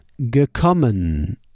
gekommen